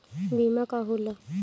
बीमा का होला?